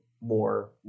more